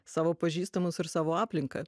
savo pažįstamus ir savo aplinką